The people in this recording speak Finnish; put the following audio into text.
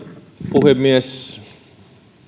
puhemies